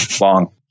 Long